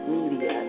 Media